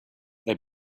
they